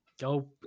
go